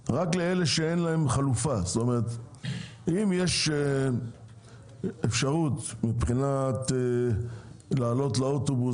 פטור מתשלום רק לאלה שאין להם חלופה אם יש אפשרות לעלות לאוטובוס,